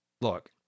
Look